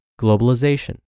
globalization